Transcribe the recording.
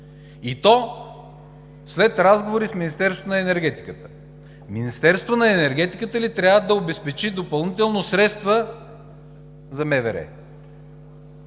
и то след разговори с Министерството на енергетиката. Министерството на енергетиката ли трябва да обезпечи допълнително средства за